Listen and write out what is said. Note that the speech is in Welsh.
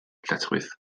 lletchwith